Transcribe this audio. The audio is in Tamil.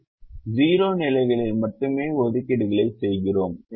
நாம் 0 நிலைகளில் மட்டுமே ஒதுக்கீடுகளை செய்கிறோம்